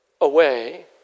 away